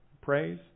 praise